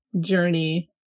journey